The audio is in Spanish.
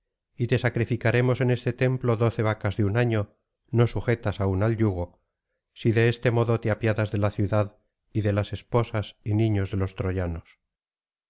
y te sacrificaremos en este templo doce vacas de un año no sujetas aún al yugo si de este modo te apiadas de la ciudad y de las esposas y niños de los troyanos